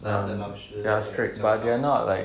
ya they are strict but they are not like